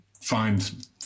find